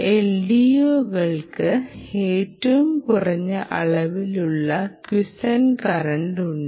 LDOക്ക് ഏറ്റവും കുറഞ്ഞ അളവിലുള്ള ക്വിസന്റ് കറന്റ് ഉണ്ട്